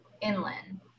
inland